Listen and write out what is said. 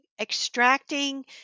extracting